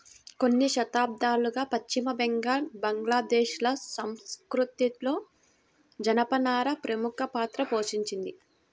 కొన్ని శతాబ్దాలుగా పశ్చిమ బెంగాల్, బంగ్లాదేశ్ ల సంస్కృతిలో జనపనార ప్రముఖ పాత్ర పోషించింది